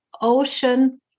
ocean